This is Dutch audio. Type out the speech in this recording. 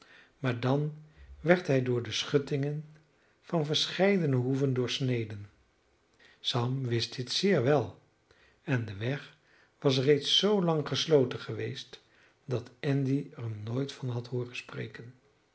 maar dan werd hij door de schuttingen van verscheidene hoeven doorsneden sam wist dit zeer wel en de weg was reeds zoolang gesloten geweest dat andy er nooit van had hooren spreken